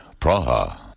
Praha